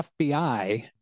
FBI